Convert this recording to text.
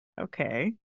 Okay